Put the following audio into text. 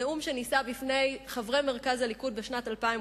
נאום שנישא בפני חברי מרכז הליכוד בשנת 2002,